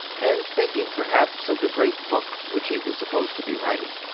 and thinking perhaps of the great book which he was supposed to be writing.